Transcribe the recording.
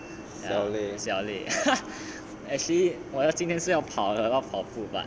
ya 小累 actually 我本来今天是要跑的要跑步 but